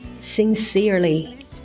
Sincerely